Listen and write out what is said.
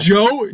Joe